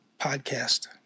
podcast